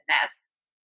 business